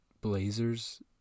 blazers